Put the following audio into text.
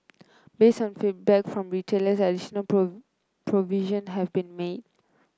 based on feedback from retailers additional provision have been made